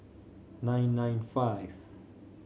nine nine five